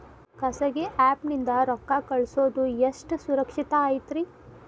ಖಾಸಗಿ ಆ್ಯಪ್ ನಿಂದ ರೊಕ್ಕ ಕಳ್ಸೋದು ಎಷ್ಟ ಸುರಕ್ಷತಾ ಐತ್ರಿ?